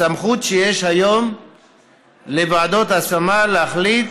הסמכות שיש היום לוועדות השמה להחליט